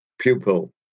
pupil